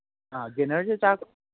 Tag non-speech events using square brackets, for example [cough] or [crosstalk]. ꯑ ꯒ꯭ꯔꯦꯅꯔꯁꯦ [unintelligible]